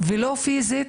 ולא פיזית,